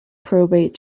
probate